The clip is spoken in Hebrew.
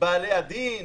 בעלי הדין,